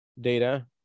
data